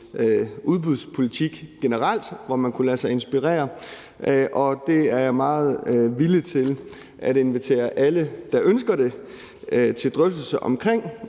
udbudspolitik generelt, og hvor man kunne lade sig inspirere, og det er jeg meget villig til at invitere alle, der ønsker det, til drøftelse om,